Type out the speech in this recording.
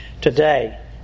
today